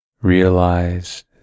Realize